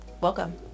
Welcome